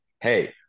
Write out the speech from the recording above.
Hey